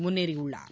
முன்னேறியுள்ளார்